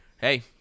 hey